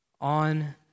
on